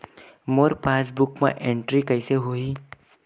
मोर passbook मा entry कइसे होही?